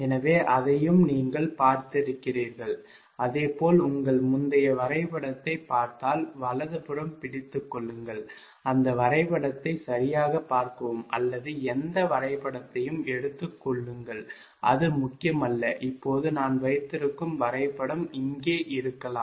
எனவே அதையும் நீங்கள் பார்த்திருக்கிறீர்கள் அதே போல் உங்கள் முந்தைய வரைபடத்தைப் பார்த்தால் வலதுபுறம் பிடித்துக் கொள்ளுங்கள் அந்த வரைபடத்தை சரியாகப் பார்க்கவும் அல்லது எந்த வரைபடத்தையும் எடுத்துக் கொள்ளுங்கள் அது முக்கியமல்ல இப்போது நான் வைத்திருக்கும் வரைபடம் இங்கே இருக்கலாம்